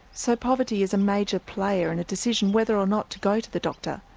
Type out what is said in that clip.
so poverty is a major player in a decision whether or not to go to the doctor.